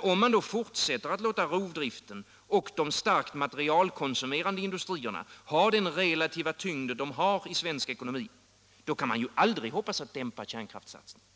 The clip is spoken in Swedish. Om man fortsätter att låta rovdriften och de starkt materialkonsumerande industrierna ha den relativa tyngd de har i svensk ekonomi, då kan man aldrig hoppas att kunna dämpa kärnkraftssatsningen.